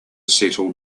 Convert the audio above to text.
settle